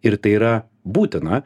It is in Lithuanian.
ir tai yra būtina